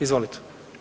Izvolite.